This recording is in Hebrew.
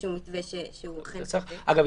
מתווה שהוא --- אגב,